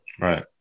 Right